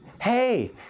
hey